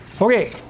Okay